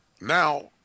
Now